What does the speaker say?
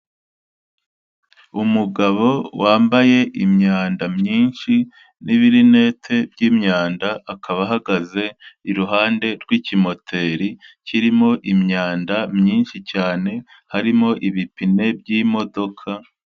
Umugabo wambaye imyanda myinshi n'ibirinete by'imyanda akaba ahagaze iruhande rw'ikimoteri kirimo imyanda myinshi cyane, harimo ibipine by'imodoka...